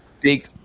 big